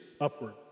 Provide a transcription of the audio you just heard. upward